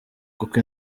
kuko